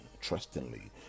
trustingly